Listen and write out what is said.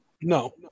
No